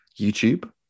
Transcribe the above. YouTube